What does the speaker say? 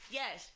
yes